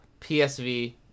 PSV